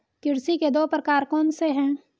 कृषि के दो प्रकार कौन से हैं?